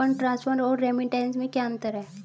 Fund transfer और remittance में क्या अंतर है?